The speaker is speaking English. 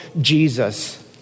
Jesus